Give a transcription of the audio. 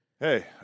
Hey